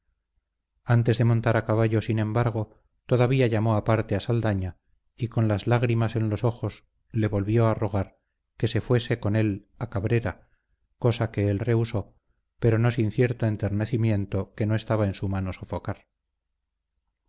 antes de montar a caballo sin embargo todavía llamó aparte a saldaña y con las lágrimas en los ojos le volvió a rogar que se fuese con él a cabrera cosa que él rehusó pero no sin cierto enternecimiento que no estaba en su mano sofocar